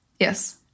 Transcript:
Yes